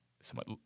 somewhat